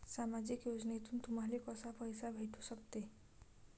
सामाजिक योजनेतून तुम्हाले कसा पैसा भेटू सकते?